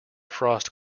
frost